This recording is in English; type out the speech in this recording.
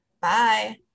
Bye